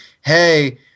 Hey